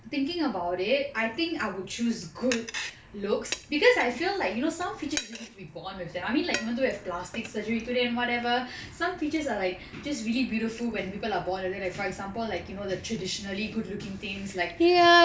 thinking about it I think I would choose good looks because I feel like you know some features you have to be born with it I mean like even though you have plastic surgery today and whatever some features are like just really beautiful when people are born with it like for example like you know the traditionally good looking things like